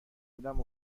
بودم